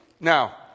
Now